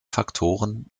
faktoren